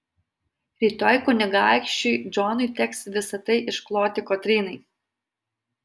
rytoj kunigaikščiui džonui teks visa tai iškloti kotrynai